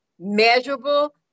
measurable